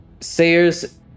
Sayer's